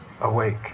awake